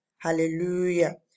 Hallelujah